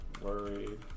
worried